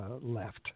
left